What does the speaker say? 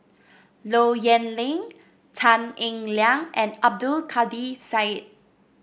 Low Yen Ling Tan Eng Liang and Abdul Kadir Syed